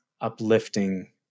uplifting